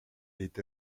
est